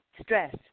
stress